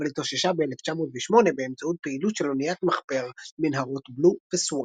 אבל התאוששה ב-1908 באמצעות פעילות של אוניית מחפר בנהרות בלו וסוואן.